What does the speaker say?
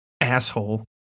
asshole